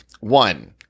One